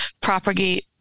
propagate